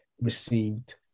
received